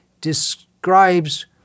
describes